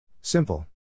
Simple